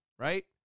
Right